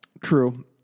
True